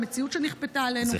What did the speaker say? למציאות שנכפתה עלינו,